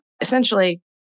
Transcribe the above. essentially